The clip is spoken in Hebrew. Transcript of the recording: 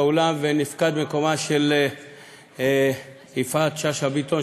באולם ונפקד מקומה של יפעת שאשא ביטון,